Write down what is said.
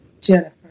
Jennifer